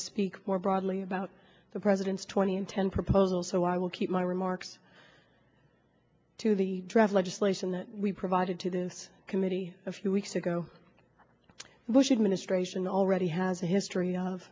to speak more broadly about the president's two thousand and ten proposal so i will keep my remarks to the draft legislation that we provided to this committee a few weeks ago the bush administration already has a history of